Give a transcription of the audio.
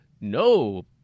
no